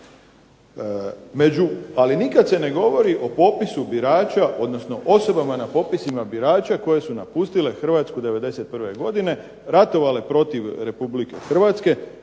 Ali nikad se ne govori o popisu birača, odnosno o osobama na popisima birača koje su napustile Hrvatsku '91. godine, ratovale protiv Republike Hrvatske.